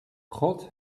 god